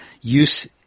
use